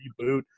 reboot